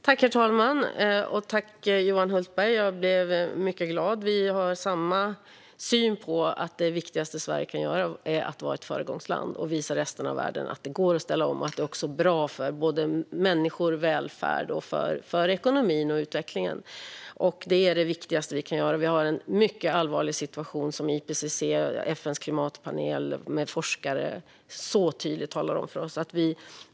Herr talman! Jag tackar Johan Hultberg. Jag är mycket glad över att vi har samma syn på att det viktigaste Sverige kan göra är att vara ett föregångsland och visa resten av världen att det går att ställa om och att det också är bra för människor, välfärd, ekonomi och utveckling. Vi har en mycket allvarlig situation, såsom IPCC:s klimatpanel med forskare tydligt har talat om för oss.